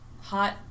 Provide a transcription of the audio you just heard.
Hot